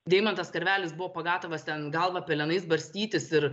deimantas karvelis buvo pagatavas ten galvą pelenais barstytis ir